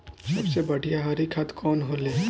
सबसे बढ़िया हरी खाद कवन होले?